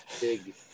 big